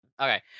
Okay